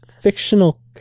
fictional